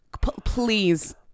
please